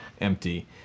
empty